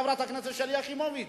חברת הכנסת שלי יחימוביץ.